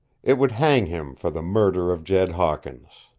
it would hang him for the murder of jed hawkins.